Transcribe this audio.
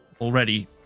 already